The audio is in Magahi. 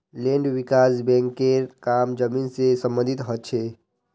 लैंड विकास बैंकेर काम जमीन से सम्बंधित ह छे